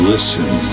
Listen